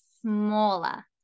smaller